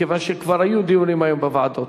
כיוון שכבר היו דיונים היו בוועדות?